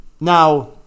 Now